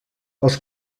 els